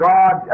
God